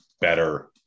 better